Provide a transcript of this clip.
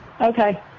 Okay